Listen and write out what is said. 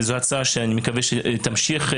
זו הצעה שאני מקווה שהיא תמשיך.